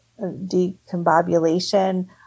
decombobulation